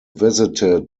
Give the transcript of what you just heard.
visited